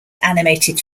animated